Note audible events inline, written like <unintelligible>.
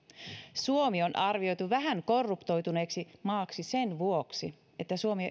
suomi on arvioitu vähän korruptoituneeksi maaksi sen vuoksi että suomi <unintelligible>